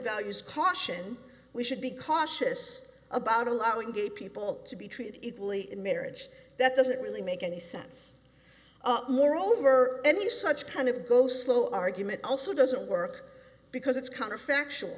values caution we should be cautious about allowing gay people to be treated equally in marriage that doesn't really make any sense moreover any such kind of go slow argument also doesn't work because it's kind of factual